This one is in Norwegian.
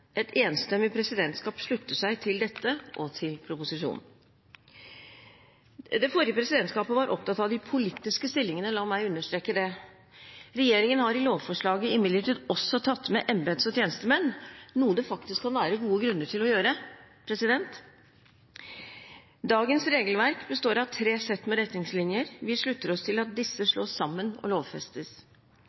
Et enstemmig presidentskap slutter seg til dette og til proposisjonen. Det forrige presidentskapet var opptatt av de politiske stillingene – la meg understreket det. Regjeringen har i lovforslaget imidlertid også tatt med embets- og tjenestemenn, noe det faktisk kan være gode grunner til å gjøre. Dagens regelverk består av tre sett med retningslinjer. Vi slutter oss til at disse slås sammen og lovfestes.